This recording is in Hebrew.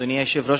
אדוני היושב-ראש,